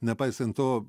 nepaisant to